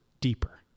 deeper